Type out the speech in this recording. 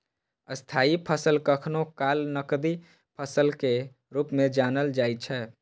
स्थायी फसल कखनो काल नकदी फसल के रूप मे जानल जाइ छै